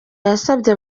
yasabye